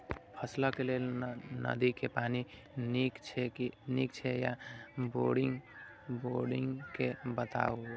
फसलक लेल नदी के पानी नीक हे छै या बोरिंग के बताऊ?